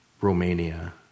Romania